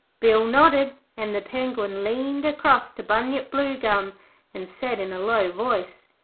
bill nodded, and the penguin leaned across to bunyip bluegum and said in a low voice,